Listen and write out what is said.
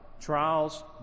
Trials